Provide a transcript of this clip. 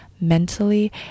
mentally